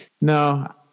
No